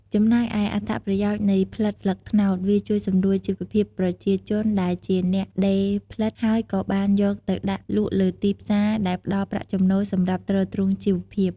ចំំណែកឯអត្ថប្រយោជន៍នៃផ្លិតស្លឹកត្នោត វាជួយសម្រួលជីវភាពប្រជាជនដែលជាអ្នកដេរផ្លិត ហើយក៏បានយកទៅដាក់លក់លើទីផ្សារដែលផ្តល់ប្រាក់ចំណូលសម្រាប់ទ្រទ្រង់ជីវភាព។